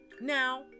Now